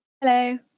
Hello